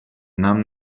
нам